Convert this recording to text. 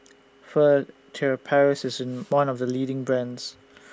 Furtere Paris IS one of The leading brands